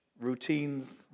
routines